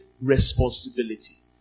responsibility